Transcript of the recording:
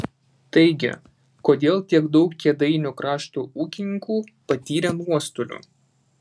taigi kodėl tiek daug kėdainių krašto ūkininkų patyrė nuostolių